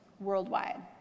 worldwide